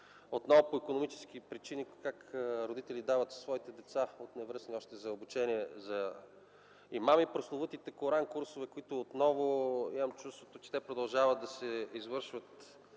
отново по икономически причини родители дават своите деца още от невръстни за обучение за имами. Прословутите коран-курсове, за които имам чувството, че продължават да се извършват